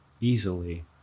easily